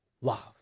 love